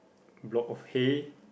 rock of hay